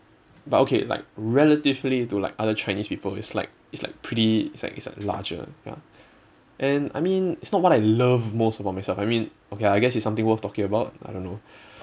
but okay like relatively to like other chinese people it's like it's like pretty it's like it's like larger ya and I mean it's not what I love most about myself I mean okay I guess it's something worth talking about I don't know